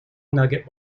nougat